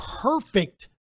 perfect